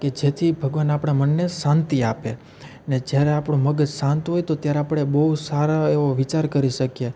કે જેથી ભગવાન આપણા મનને શાંતિ આપે ને જ્યારે આપણું મગજ શાંત હોય તો ત્યારે આપણે બહુ સારો એવો વિચાર કરી શકીએ